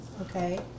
Okay